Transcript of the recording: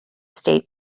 state